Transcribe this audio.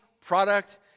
product